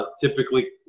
Typically